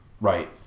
right